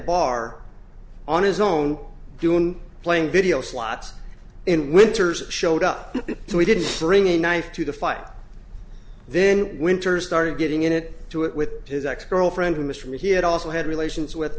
bar on his own doing playing video slots in winters showed up so we didn't bring a knife to the fight then winters started getting it to it with his ex girlfriend who missed where he had also had relations with